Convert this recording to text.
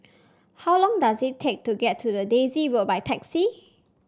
how long does it take to get to Daisy Road by taxi